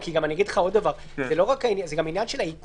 זה גם עניין של העיכוב.